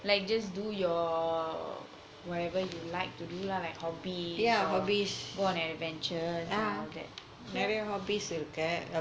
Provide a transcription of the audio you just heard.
like just do your wherever you like to do lah like hobbies or go on adventures and all that